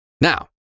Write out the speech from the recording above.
Now